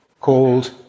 Called